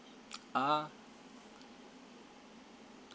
ah